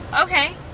Okay